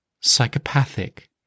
psychopathic